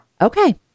Okay